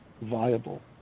viable